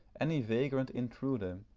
any vagrant intruder,